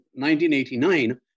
1989